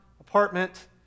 apartment